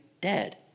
dead